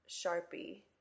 Sharpie